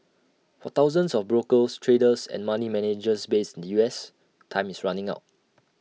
for thousands of brokers traders and money managers based in the us time is running out